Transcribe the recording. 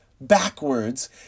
backwards